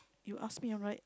you ask me alright